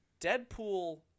Deadpool